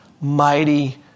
mighty